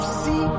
see